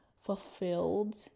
fulfilled